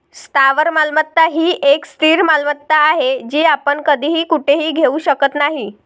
स्थावर मालमत्ता ही एक स्थिर मालमत्ता आहे, जी आपण कधीही कुठेही घेऊ शकत नाही